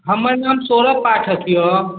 हम्मर नाम सोनम पाठक यऽ